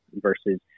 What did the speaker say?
versus